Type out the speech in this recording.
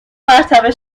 مرتبه